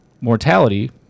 mortality